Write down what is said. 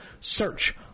Search